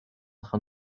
train